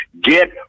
Get